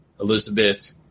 Elizabeth